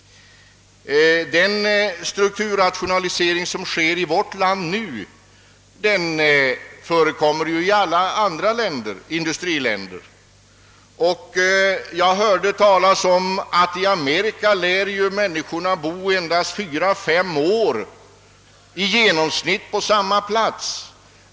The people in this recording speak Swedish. Den strukturrationalisering som nu sker i vårt land har ju sin motsvarighet i alla andra industriländer. I Amerika lär människorna i genomsnitt bo endast fyra, fem år på samma plats.